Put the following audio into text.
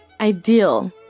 Ideal